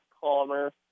calmer